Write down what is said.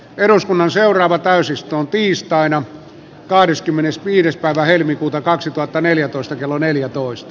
eduskunnan seuraavat pääsystä tiistaina kahdeskymmenesviides päivä helmikuuta kaksituhattaneljätoista kello neljätoista